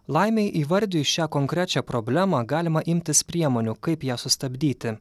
laimei įvardijus šią konkrečią problemą galima imtis priemonių kaip ją sustabdyti